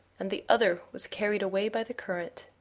and the other was carried away by the current.